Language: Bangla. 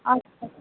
আচ্ছা